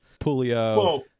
Pulio